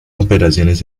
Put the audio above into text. operaciones